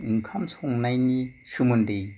ओंखाम संनायनि सोमोन्दै